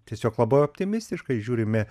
tiesiog labai optimistiškai žiūrime